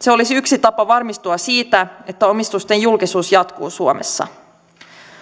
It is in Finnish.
se olisi yksi tapa varmistua siitä että omistusten julkisuus jatkuu suomessa